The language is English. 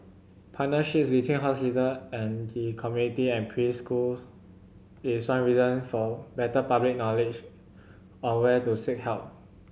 partnerships between hospital and the community and preschool is one reason for better public knowledge on where to seek help